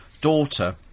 daughter